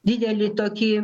didelį tokį